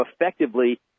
effectively